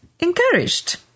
encouraged